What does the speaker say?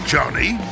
Johnny